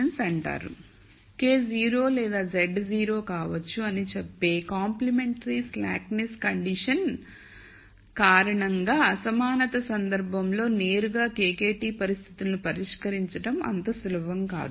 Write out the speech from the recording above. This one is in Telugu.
K 0 లేదా z 0 కావచ్చు అని చెప్పే కాంప్లిమెంటరీ స్లాక్నెస్ కండిషన్ చాయ్ కారణంగా అసమానత సందర్భంలో నేరుగా KKT పరిస్థితులను పరిష్కరించడం అంత సులభం కాదు